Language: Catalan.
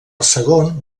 segon